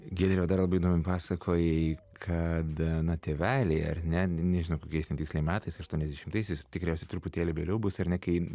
giedre o dar labai įdomiai pasakojai kad na tėveliai ar ne nežinau kokiais ten tiksliai metais aštuoniasdešimtaisiais tikriausiai truputėlį vėliau bus ar ne kai